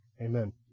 Amen